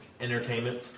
entertainment